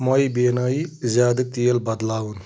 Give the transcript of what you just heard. مۄے بیٖنٲی زِیادٕ تیٖل بدلاوُن